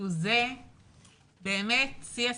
תקשיבו, זה באמת שיא השיאים.